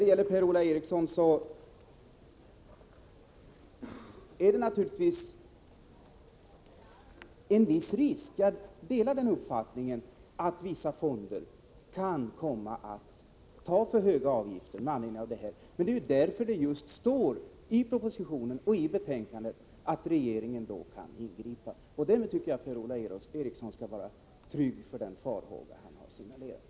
Till Per-Ola Eriksson vill jag säga att jag delar uppfattningen att det ären = Nr 52 viss risk att vissa fonder kan komma att ta för höga avgifter. Men det är ju just Torsdagen den därför det står i propositionen och i betänkandet att regeringen då kan 13 december 1984 ingripa. Därmed tycker jag att Per-Ola Eriksson skall vara trygg för den farhåga han har signalerat.